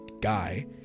guy